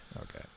okay